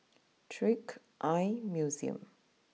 Trick Eye Museum